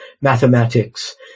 mathematics